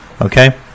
Okay